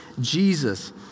Jesus